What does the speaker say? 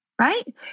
right